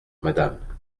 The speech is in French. madame